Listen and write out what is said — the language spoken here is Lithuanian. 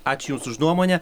ačiū jums už nuomonę